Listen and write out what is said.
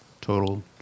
total